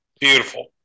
beautiful